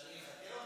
שאני אתקן אותך?